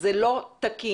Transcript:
וזה לא תקין.